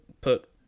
put